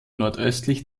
nordöstlich